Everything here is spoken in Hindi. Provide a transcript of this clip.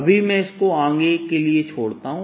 अभी मैं इसको आगे के लिए छोड़ता हूं